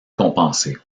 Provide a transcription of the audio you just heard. compensée